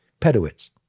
Pedowitz